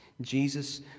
Jesus